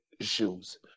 shoes